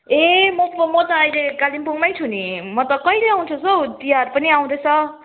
ए म म त अहिले कालिम्पोङमै छु नि म त कहिले आउँछस् हौ तिहार पनि आउँदैछ